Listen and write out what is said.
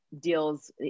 deals